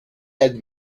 had